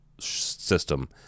system